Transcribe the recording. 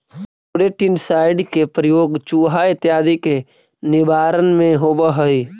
rodenticide के प्रयोग चुहा इत्यादि के निवारण में होवऽ हई